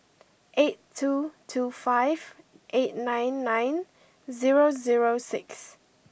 eight two two five eight nine nine zero zero six